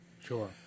sure